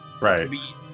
Right